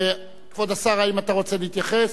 כבוד השר, האם אתה רוצה להתייחס?